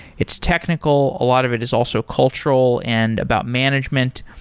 its technical. a lot of it is also cultural and about management,